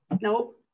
Nope